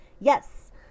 Yes